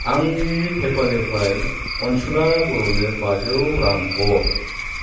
आंनि पेपलनिफ्राय अनसुला बर'नो बाजौ रां हर